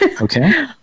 Okay